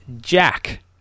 jack